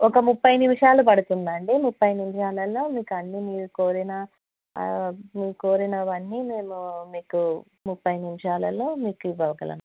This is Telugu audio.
ఒక ముప్పై నిమిషాలు పడుతుందండి ముప్పై నిమిషాలల్లో మీకున్నీ మీరు కోరిన మీరు కోరినవన్నీ మేము మీకు ముప్పై నిమిషాలలో మీకు ఇవ్వగలం